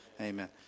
Amen